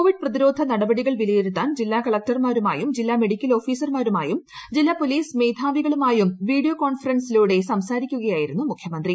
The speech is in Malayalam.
കോവിഡ് പ്രതിരോധ നടപ്ടീകൾ വിലയിരുത്താൻ ജില്ലാ കലക്ടർമാരുമായും ജില്ലാ മെഡിക്കൽ ഓഫീസർമാരുമായും ജില്ലാ പോലീസ് മേധാവികളുമായും വീഡിയോ കോൺഫറൻസിലൂടെ സംസാരിക്കുകയായിരുന്നു മുഖ്യമന്ത്രി